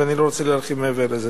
ואני לא רוצה להרחיב מעבר לזה.